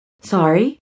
Sorry